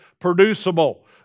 producible